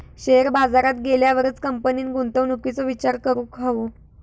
share बाजारात गेल्यावरच कंपनीन गुंतवणुकीचो विचार करूक हवो